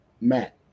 Matt